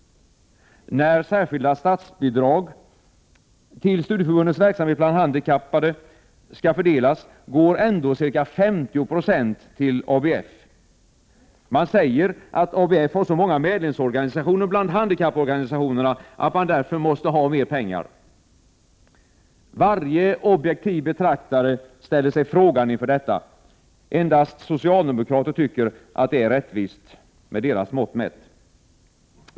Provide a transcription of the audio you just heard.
När särskilda statsbidrag till studieförbundens verksamhet bland handikappade skall fördelas går ändå ca 50 96 till ABF. Man säger att ABF har så många medlemsorganisationer bland handikapporganisationerna att man måste ha mer pengar. Varje objektiv betraktare ställer sig frågande inför detta. Endast socialdemokrater tycker att det är rättvist — med deras mått mätt.